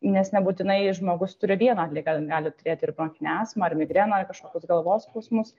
nes nebūtinai žmogus turi vieną ligą gali turėt ir bronchinę astmą ir migreną ar kažkokius galvos skausmus